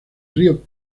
río